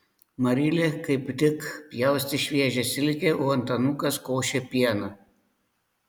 marilė kaip tik pjaustė šviežią silkę o antanukas košė pieną